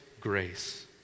grace